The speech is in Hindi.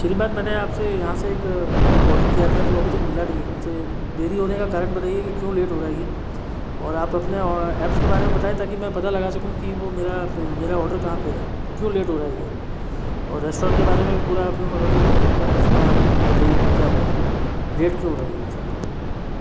श्रीमान मैंने आपसे यहाँ से एक एक ऑर्डर किया था जो अभी तक मिला नहीं है मुझे देरी होने का कारण बताइये कि क्यूँ लेट हो रहा है यह और आप अपना एप्स के बारे में बताएँ ताकि मैं पता लगा सकूँ कि वो मेरा मेरा ऑर्डर कहाँ पर है क्यों लेट हो रहा है यह और रेस्ट्रॉन्ट के बारे में भी पूरा आप मुझे बताइएँ कि क्या हो रहा है लेट क्यों हो रहा है यह मुझे